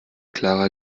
clara